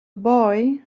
boy